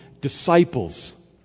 disciples